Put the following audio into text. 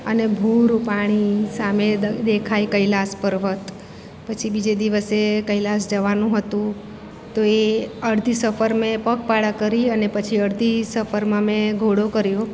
અને ભૂરું પાણી સામે દ દેખાય કૈલાસ પર્વત પછી બીજે દિવસે કૈલાસ જવાનું હતું તો એ અડધી સફર મેં પગપાળા કરી અને પછી અડધી સફરમાં મેં ઘોડો કર્યો